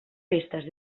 festes